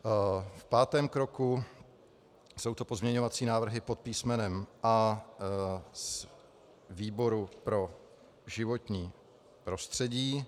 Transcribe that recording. V pátém kroku jsou to pozměňovací návrhy pod písmenem A výboru pro životní prostředí.